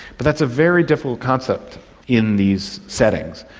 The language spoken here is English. but that's a very difficult concept in these settings,